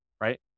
right